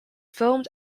filmed